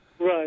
Right